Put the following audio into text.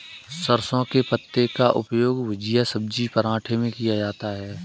सरसों के पत्ते का उपयोग भुजिया सब्जी पराठे में किया जाता है